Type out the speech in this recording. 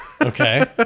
Okay